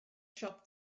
siop